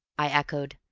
i echoed.